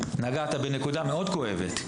נגעת בנקודה מאוד כואבת.